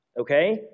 Okay